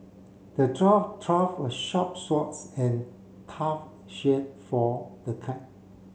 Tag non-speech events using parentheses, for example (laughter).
the (unintelligible) a sharp swords and tough shield for the (unintelligible)